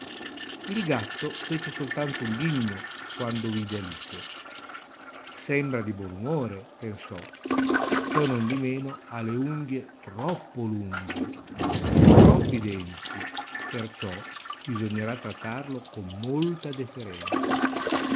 il gatto fece soltanto un ghigno quando vide alice sembra di buon umore pensò ciò non di meno ha le unghie troppo lunghe ed ha troppi denti perciò bisognerà trattarlo con molta deferenza